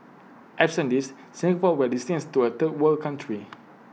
absent these Singapore will descend to A third world country